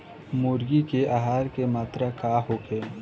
मुर्गी के आहार के मात्रा का होखे?